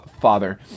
father